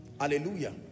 Hallelujah